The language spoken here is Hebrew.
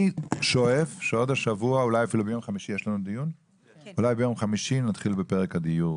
אני שואף שעוד השבוע אולי אפילו ביום חמישי נתחיל בפרק הדיור,